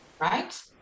right